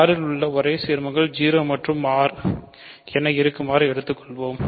R இல் உள்ள ஒரே சீர்மங்கள் 0 மற்றும் R என இருக்குமாறு எடுத்துக்கொள்வோம்